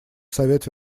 совет